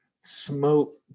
smoke